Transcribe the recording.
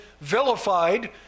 vilified